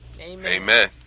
amen